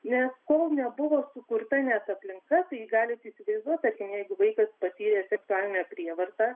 nes kol nebuvo sukurta net aplinka tai galit įsivaizduot tarkim jeigu vaikas patyrė seksualinę prievartą